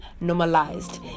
normalized